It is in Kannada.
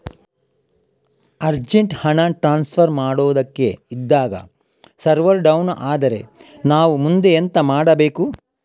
ಅರ್ಜೆಂಟ್ ಹಣ ಟ್ರಾನ್ಸ್ಫರ್ ಮಾಡೋದಕ್ಕೆ ಇದ್ದಾಗ ಸರ್ವರ್ ಡೌನ್ ಆದರೆ ನಾವು ಮುಂದೆ ಎಂತ ಮಾಡಬೇಕು?